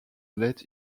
let